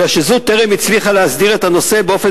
אלא שזו טרם הצליחה להסדיר את הנושא באופן